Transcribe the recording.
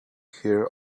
hear